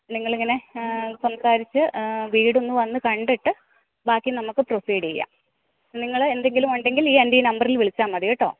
നിങ്ങളിങ്ങനെ സംസാരിച്ച് വീടൊന്നു വന്നുകണ്ടിട്ട് ബാക്കി നമുക്ക് പ്രൊസീഡെയ്യാം നിങ്ങള് എന്തെങ്കിലും ഉണ്ടെങ്കിൽ ഈ എൻ്റെ ഈ നമ്പറിൽ വിളിച്ചാല് മതി കേട്ടോ